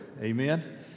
Amen